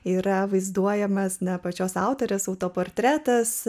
yra vaizduojamas ne pačios autorės autoportretas